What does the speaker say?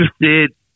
interested